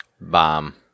Bomb